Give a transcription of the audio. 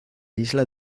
isla